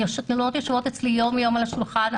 הן יושבות אצלי יום-יום על השולחן.